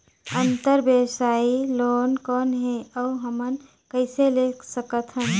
अंतरव्यवसायी लोन कौन हे? अउ हमन कइसे ले सकथन?